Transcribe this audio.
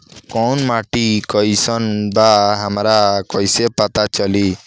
कोउन माटी कई सन बा हमरा कई से पता चली?